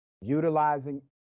utilizing